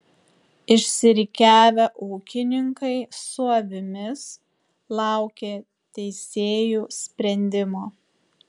išsirikiavę ūkininkai su avimis laukė teisėjų sprendimo